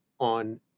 on